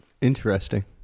interesting